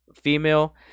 female